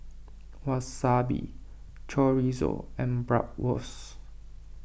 Wasabi Chorizo and Bratwurst